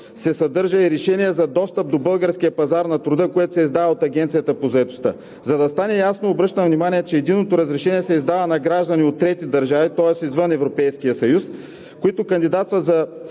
се съдържа и решение за достъп до българския пазар на труда, което се издава от Агенцията по заетостта. За да стане ясно, обръщам внимание, че единното разрешение се издава на граждани от трети държави, тоест извън Европейския съюз, които кандидатстват за